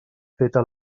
feta